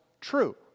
true